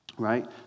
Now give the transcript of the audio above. Right